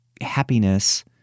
happiness